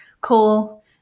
call